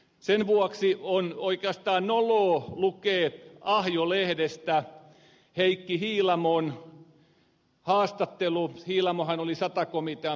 sen vuoksi on oikeastaan noloa lukea ahjo lehdestä heikki hiilamon haastattelu hiilamohan oli sata komitean perusturvajaoston jäsen